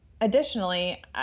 additionally